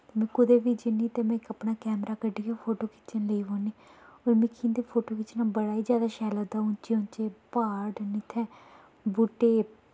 कुदै बी जन्नी ते में अपना कैमरा कड्ढियै फोटो खिच्चन लेई पौन्नी होर मिकी इं'दे फोटो खिच्चना बड़ा ई जादा शैल लगदा उंचे उंचे प्हाड़ न इत्थें बूह्टे